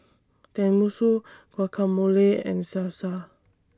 Tenmusu Guacamole and Salsa